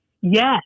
yes